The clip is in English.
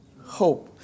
Hope